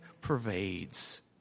pervades